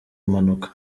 impanuka